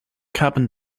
cabin